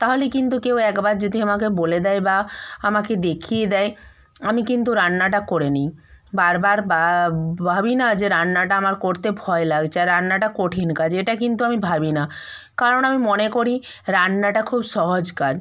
তাহলে কিন্তু কেউ একবার যদি আমাকে বলে দেয় বা আমাকে দেখিয়ে দেয় আমি কিন্তু রান্নাটা করে নিই বার বার বা ভাবি না যে রান্নাটা আমার করতে ভয় লাগছে আর রান্নাটা কঠিন কাজ এটা কিন্তু আমি ভাবি না কারণ আমি মনে করি রান্নাটা খুব সহজ কাজ